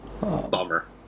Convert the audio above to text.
Bummer